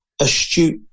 astute